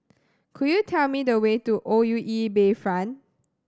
could you tell me the way to O U E Bayfront